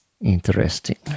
Interesting